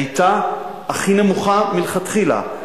היתה הכי נמוכה מלכתחילה,